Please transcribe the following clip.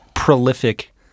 Prolific